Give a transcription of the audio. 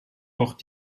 kocht